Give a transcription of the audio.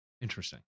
interesting